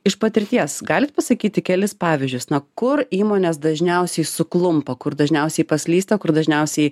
iš patirties galit pasakyti kelis pavyzdžius na kur įmonės dažniausiai suklumpa kur dažniausiai paslysta kur dažniausiai